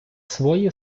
свої